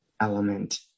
element